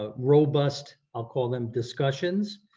ah robust, i'll call them discussions,